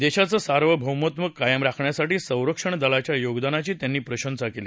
देशाचं सार्वभौमत्व कायम राखण्यासाठी संरक्षण दलाच्या योगदानाची त्यांनी प्रशंसा केली